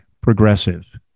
progressive